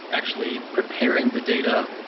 actually, preparing the data,